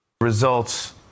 Results